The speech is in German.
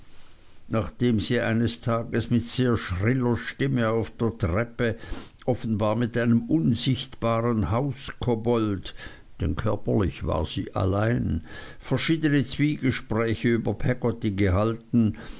nachdem sie eines tages mit sehr schriller stimme auf der treppe offenbar mit einem unsichtbaren hauskobold denn körperlich war sie allein verschiedene zwiegespräche über peggotty gehalten